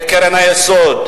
את קרן היסוד,